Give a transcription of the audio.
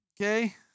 Okay